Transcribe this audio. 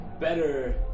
better